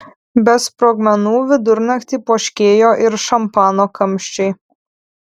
be sprogmenų vidurnaktį poškėjo ir šampano kamščiai